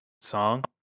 song